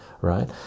right